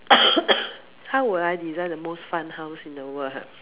how would I design the most fun house in the world ha